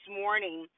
morning